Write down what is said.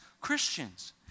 Christians